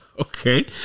Okay